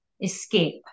escape